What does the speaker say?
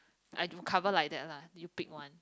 I drew cover like that lah you pick one